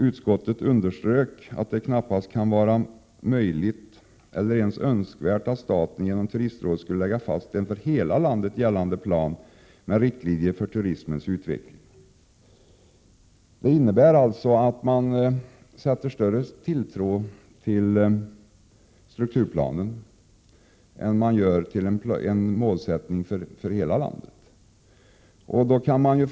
Utskottet underströk att det knappast kan vara möjligt eller ens önskvärt att staten genom Turistrådet skulle lägga fast en för hela landet gällande plan med riktlinjer för turismens utveckling. Det innebär alltså att utskottet sätter större tilltro till strukturplanen än till en målsättning för hela landet.